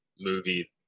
movie